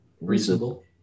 reasonable